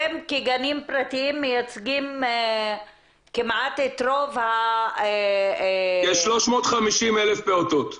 אתם כגנים פרטיים מייצגים כמעט את רוב --- יש 350 אלף פעוטות.